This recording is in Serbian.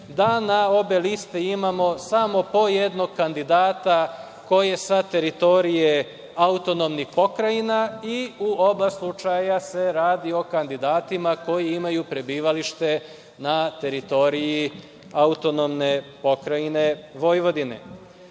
da na obe liste imamo samo po jednog kandidata koji je sa teritorije autonomnih pokrajina i u oba slučaja se radi o kandidatima koji imaju prebivalište na teritoriji AP Vojvodine. Sa